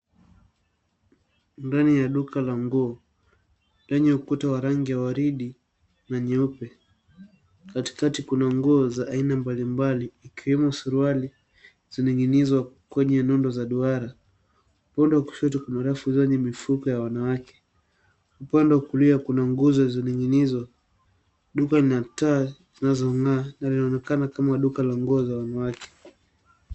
ndani ya duka la nguo lenye ukuta wa rangi ya waridi na nyeupe, katikati kuna nguo za aina mbalimbali zikiwemo suruali zilizoning'inizwa kwenye nondo za duara. Upande wa kushoto kuna rafu zenye mifuko ya wanawake, na upande wa kulia kuna nguo zaning'inizwa. Duka lina taa zinazong'aa na linaonekana kama duka la nguo za wanawake.